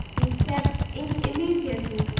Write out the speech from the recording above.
he stepped in immediately.